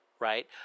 right